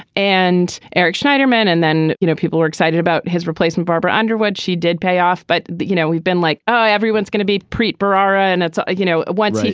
and eric schneiderman and then you know people were excited about his replacement barbara underwood she did pay off. but you know we've been like oh everyone's going to be preet bharara and it's ah you know what.